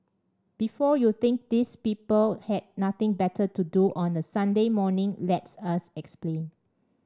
before you think these people had nothing better to do on a Sunday morning let us explain